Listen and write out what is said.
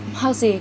how to say